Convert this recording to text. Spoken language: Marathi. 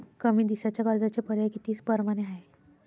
कमी दिसाच्या कर्जाचे पर्याय किती परमाने हाय?